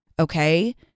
Okay